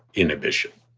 inhibition